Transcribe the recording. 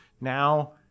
Now